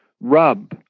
rub